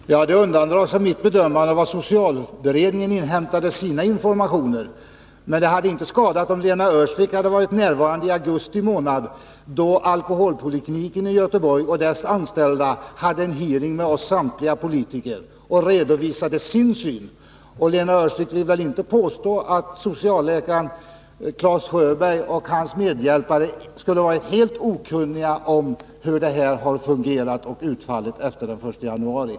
Fru talman! Det undandrar sig mitt bedömande var socialberedningen har inhämtat sina informationer. Men det hade inte skadat om Lena Öhrsvik hade varit närvarande då alkoholpolikliniken i Göteborg och dess anställda vid en hearing i augusti månad redovisade sin syn på denna fråga. Ett flertal socialtjänstemän och representanter för samtliga partier var närvarande. Lena Öhrsvik vill väl inte påstå att socialläkaren Clas Sjöberg och hans medhjälpare är helt okunniga om hur detta har fungerat efter den 1 januari?